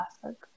classic